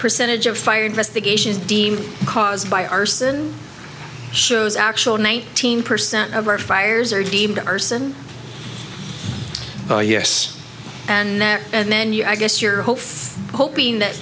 percentage of fire investigators deemed caused by arson shows actual nineteen percent of our fires are deemed arson oh yes and that and then you i guess your hope hoping that